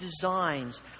designs